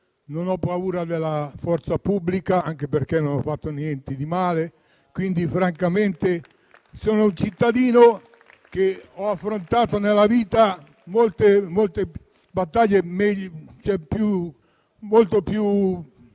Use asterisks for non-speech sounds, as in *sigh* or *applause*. non ho paura della forza pubblica, anche perché non ho fatto niente di male. *applause* Francamente, sono un cittadino che ha affrontato nella vita molte battaglie, anche molto più